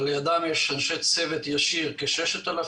אבל לידם יש אנשי צוות ישיר, כ-6,000.